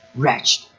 wretched